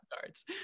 cards